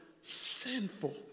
sinful